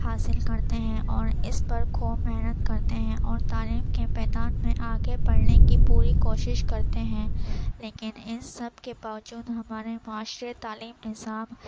حاصل کرتے ہیں اور اس پر خوب محنت کرتے ہیں اور تعلیم کے میدان میں آگے بڑھنے کی پوری کوشش کرتے ہیں لیکن ان سب کے باوجود ہمارے معاشرے تعلیم نظام